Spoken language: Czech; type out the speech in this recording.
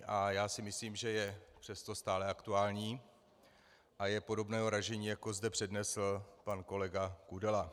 A já si myslím, že je přesto stále aktuální a je podobného ražení, jako zde přednesl kolega Kudela.